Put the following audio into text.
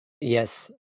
Yes